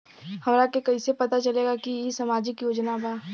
हमरा के कइसे पता चलेगा की इ सामाजिक योजना बा?